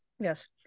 Yes